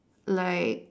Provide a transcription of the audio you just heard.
like